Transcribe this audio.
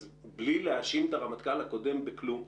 אז בלי להאשים את הרמטכ"ל הקודם בכלום,